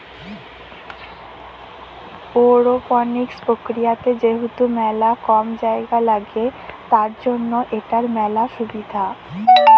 aeroponics প্রক্রিয়াতে যেহেতু মেলা কম জায়গা লাগে, তার জন্য এটার মেলা সুবিধা